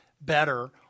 better-